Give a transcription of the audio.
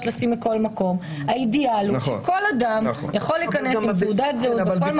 לשים בכל מקום האידיאל הוא שכל אדם יכול להיכנס עם תעודת זהות לכל מקום.